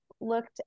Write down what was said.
looked